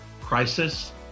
Crisis